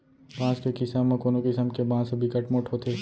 बांस के किसम म कोनो किसम के बांस ह बिकट मोठ होथे